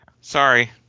Sorry